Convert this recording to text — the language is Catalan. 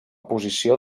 posició